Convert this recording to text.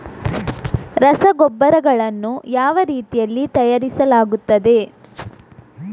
ರಸಗೊಬ್ಬರಗಳನ್ನು ಯಾವ ರೀತಿಯಲ್ಲಿ ತಯಾರಿಸಲಾಗುತ್ತದೆ?